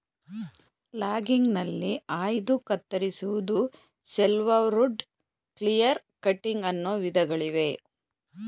ಲಾಗಿಂಗ್ಗ್ನಲ್ಲಿ ಆಯ್ದು ಕತ್ತರಿಸುವುದು, shelterwood, clear cutting ಅನ್ನೋ ವಿಧಗಳಿವೆ